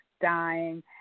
dying